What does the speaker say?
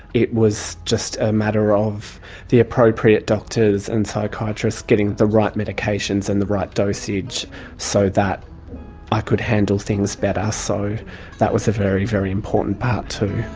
it was just a matter of the appropriate doctors and psychiatrists getting the right medications and the right dosage so that i could handle things better. so that was a very, very important part too.